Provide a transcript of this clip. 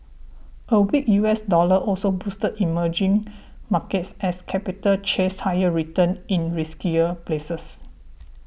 a weak U S dollar also boosted emerging markets as capital chased higher returns in riskier places